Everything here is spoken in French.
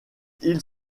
ils